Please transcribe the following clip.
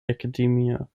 academia